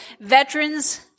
veterans